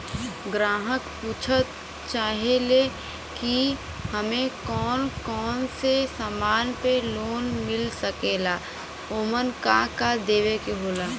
ग्राहक पुछत चाहे ले की हमे कौन कोन से समान पे लोन मील सकेला ओमन का का देवे के होला?